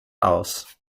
aus